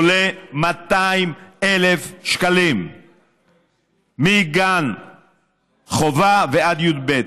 עולה 200,000 שקלים מגן חובה ועד י"ב.